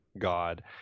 God